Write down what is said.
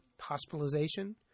Hospitalization